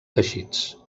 teixits